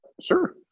sure